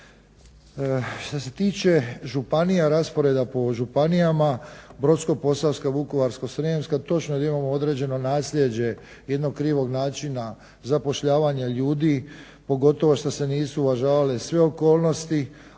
Šta se tiče županija, rasporeda po županijama Brodsko-posavska, Vukovarsko-srijemska. Točno je da imamo određeno naslijeđe jednog krivog načina zapošljavanja ljudi pogotovo što se nisu uvažavale sve okolnosti,